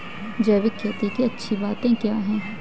जैविक खेती की अच्छी बातें क्या हैं?